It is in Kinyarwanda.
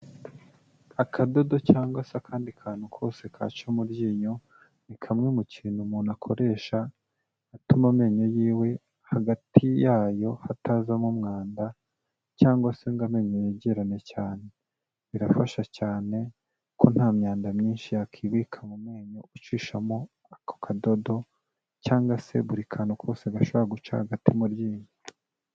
Akadodo cyangwa se akandi kantu kose kaca mu ryinyo, ni kamwe mu kintu umuntu akoresha, atuma amenyo yiwe, hagati yayo hatazamo umwanda, cyangwa se ngo amenyo yegerane cyane. Birafasha cyane, ko nta myanda myinshi yakibika mu menyo ucishamo ako kadodo, cyangwa se buri kantu kose gashobora guca hagati mu ryinyo.